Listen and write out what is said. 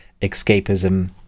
escapism